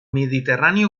mediterrani